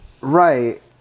Right